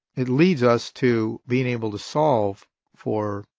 it leads us to being able to solve for,